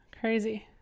Crazy